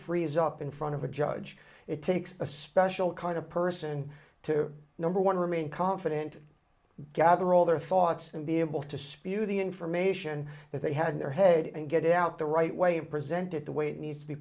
freeze up in front of a judge it takes a special kind of person to number one remain confident gather all their thoughts and be able to spew the information that they had their head and get it out the right way and present it the way needs to be